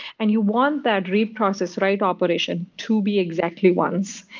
and you want that reprocess write operation to be exactly once.